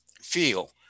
feel